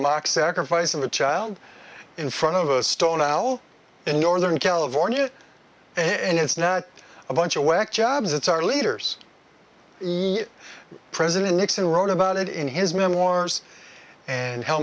lock sacrifice of a child in front of a stone al in northern california and it's not a bunch of whack jobs it's our leaders president nixon wrote about it in his memoirs and h